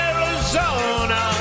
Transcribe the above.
Arizona